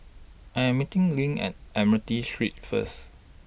I Am meeting LINK At Admiralty Street First